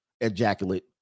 ejaculate